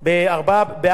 כאשר בדרגה הסופית,